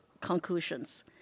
Conclusions